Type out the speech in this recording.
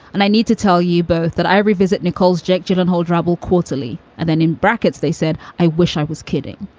and i need to tell you both that i revisit nicole's jake gyllenhaal drabble quarterly. and then in brackets, they said, i wish i was kidding.